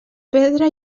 pedra